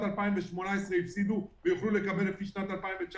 2018 הפסידו ויוכלו לקבל לפי שנת 2019,